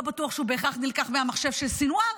לא בטוח שהוא בהכרח נלקח מהמחשב של סנוואר.